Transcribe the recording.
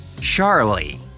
Charlie